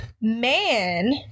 man